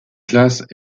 classe